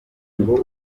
ngo